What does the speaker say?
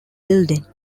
building